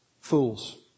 Fools